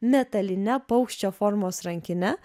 metaline paukščio formos rankine